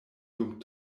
dum